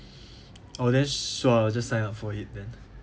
oh then sure just sign up for it then